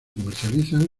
comercializan